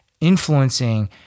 influencing